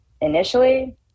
initially